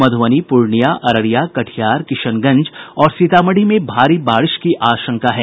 मध्रबनी पूर्णियां अररिया कटिहार किशनगंज और सीतामढ़ी में भारी बारिश की आशंका है